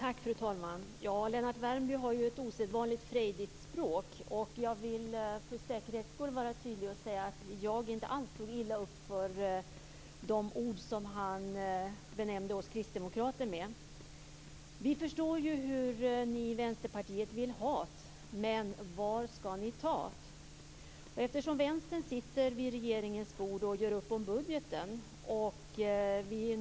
Fru talman! Lennart Värmby har ju ett osedvanligt frejdigt språk. För säkerhets skull vill jag vara tydlig och säga att jag inte alls tog illa upp för de ord som han benämnde oss kristdemokrater med. Vi förstår ju hur ni i Vänsterpartiet vill ha't, men var skall ni ta't? Vänstern sitter vid regeringens bord och gör upp om budgeten.